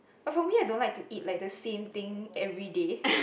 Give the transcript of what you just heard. but for me I don't like to eat the like the same thing everyday